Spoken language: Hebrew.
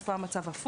אז פה המצב הוא הפוך.